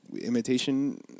imitation